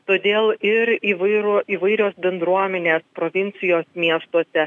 todėl ir įvairų įvairios bendruomenės provincijos miestuose